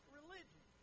religion